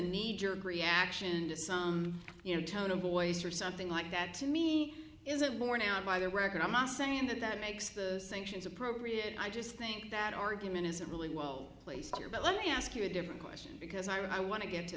need to agree action to some you know tone of voice or something like that to me is a born out by the record i'm not saying that that makes the sanctions appropriate i just think that argument is a really well placed here but let me ask you a different question because i want to get to